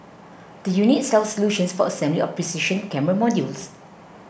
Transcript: the unit sells solutions for assembly of precision camera modules